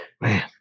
man